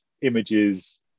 images